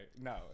no